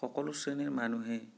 সকলো শ্ৰেণীৰ মানুহেই